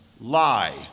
lie